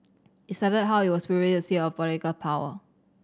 it cited how it was previously a seat of political power